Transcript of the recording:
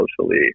socially